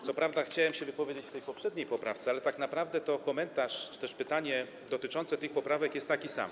Co prawda chciałem się wypowiedzieć przy tej poprzedniej poprawce, ale tak naprawdę to komentarz, pytanie dotyczące tych poprawek jest takie samo.